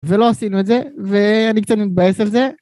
ולא עשינו את זה, ואני קצת מתבאס על זה.